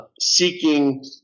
seeking